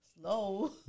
slow